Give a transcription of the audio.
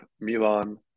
Milan